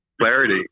Clarity